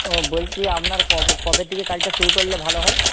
ও বলছি আপনার কবে থেকে কাজটা শুরু করলে ভালো হয়